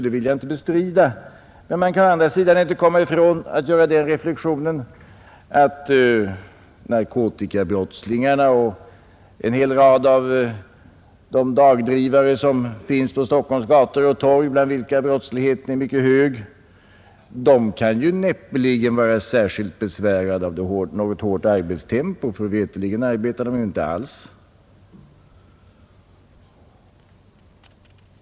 Men å andra sidan kan jag inte undgå att göra den reflexionen att narkotikabrottslingarna och en hel rad av de dagdrivare som uppträder på Stockholms gator och torg och bland vilka brottsligheten är mycket hög näppeligen kan vara särskilt besvärade av något hårt arbetstempo; mig veterligen arbetar de inte alls.